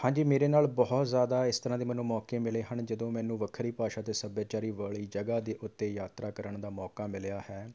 ਹਾਂਜੀ ਮੇਰੇ ਨਾਲ ਬਹੁਤ ਜ਼ਿਆਦਾ ਇਸ ਤਰ੍ਹਾਂ ਦੇ ਮੈਨੂੰ ਮੌਕੇ ਮਿਲੇ ਹਨ ਜਦੋਂ ਮੈਨੂੰ ਵੱਖਰੀ ਭਾਸ਼ਾ ਅਤੇ ਸੱਭਿਆਚਾਰ ਵਾਲੀ ਜਗ੍ਹਾ ਦੇ ਉੱਤੇ ਯਾਤਰਾ ਕਰਨ ਦਾ ਮੌਕਾ ਮਿਲਿਆ ਹੈ